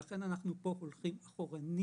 לכן אנחנו הולכים כאן אחורנית.